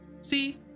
See